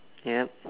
yup